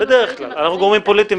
הפוליטיים --- אנחנו לא גורמים פוליטיים,